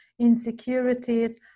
insecurities